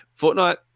Fortnite